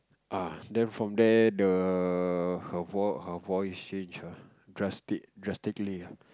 ah then from there the her her voice change ah drastic drastically ah